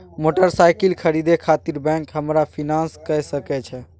Motorcycle खरीदे खातिर bank हमरा फिनांस कय सके छै?